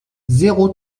zéro